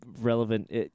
relevant